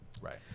Right